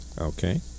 Okay